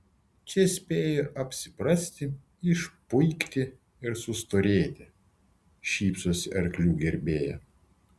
čia spėjo apsiprasti išpuikti ir sustorėti šypsosi arklių gerbėja